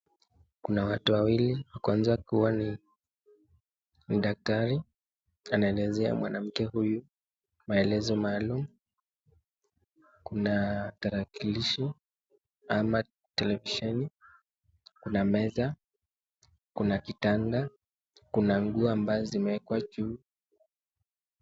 Kuna watu wawili wa kwanza akiwa daktari, anaelezea mwanamke huyu maelezo maalum. Kuna tarakilishi ama televisheni, kuna meza, kuna kitanda, kuna nguo ambazo zimeekwa juu.